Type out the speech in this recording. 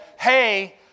Hey